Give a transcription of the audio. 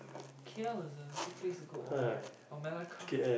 Kill is a good place to go or or Melaka